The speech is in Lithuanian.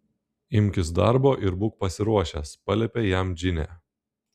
imkis darbo ir būk pasiruošęs paliepė jam džinė